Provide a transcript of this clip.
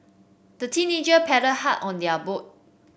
the teenager paddled hard on their boat